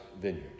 vineyard